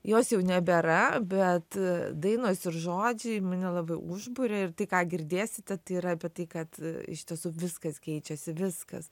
jos jau nebėra bet dainos ir žodžiai mane labiau užburia ir tai ką girdėsite tai yra apie tai kad iš tiesų viskas keičiasi viskas